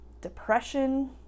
depression